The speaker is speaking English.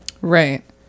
Right